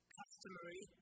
customary